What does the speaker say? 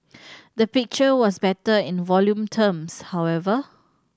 the picture was better in volume terms however